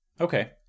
Okay